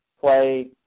play